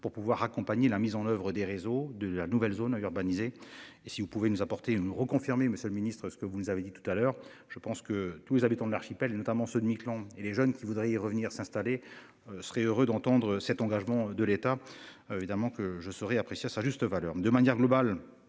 pour pouvoir accompagner la mise en oeuvre des réseaux de la nouvelle zone à urbaniser. Et si vous pouvez nous apporter une reconfirmé, Monsieur le Ministre, ce que vous nous avez dit tout à l'heure, je pense que tous les habitants de l'archipel, notamment ceux de Miquelon et les jeunes qui voudraient y revenir s'installer. Serait heureux d'entendre cet engagement de l'État. Évidemment que je saurai apprécie à sa juste valeur de manière globale